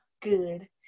good